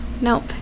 Nope